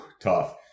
tough